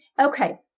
Okay